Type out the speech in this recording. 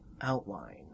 outline